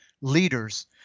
leaders